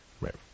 Right